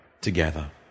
together